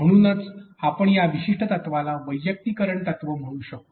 म्हणूनच आपण या विशिष्ट तत्वाला वैयक्तिकरण तत्त्व म्हणू शकू